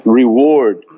reward